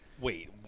wait